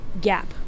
gap